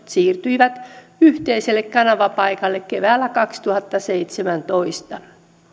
siirtyivät yhteiselle kanavapaikalle keväällä kaksituhattaseitsemäntoista